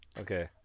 Okay